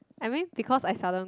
I mean because I seldom